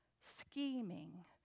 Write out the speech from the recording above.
scheming